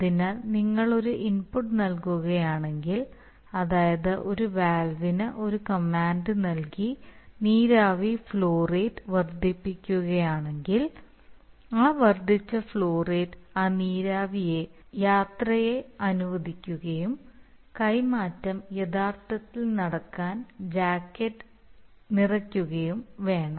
അതിനാൽ നിങ്ങൾ ഒരു ഇൻപുട്ട് നൽകുകയാണെങ്കിൽ അതായത് ഒരു വാൽവിന് ഒരു കമാൻഡ് നൽകി നീരാവി ഫ്ലോ റേറ്റ് വർദ്ധിപ്പിക്കുകയാണെങ്കിൽ ആ വർദ്ധിച്ച ഫ്ലോ റേറ്റ് ആ നീരാവി യാത്രയെ അനുവദിക്കുകയും കൈമാറ്റം യഥാർത്ഥത്തിൽ നടക്കാൻ ജാക്കറ്റ് നിറയ്ക്കുകയും വേണം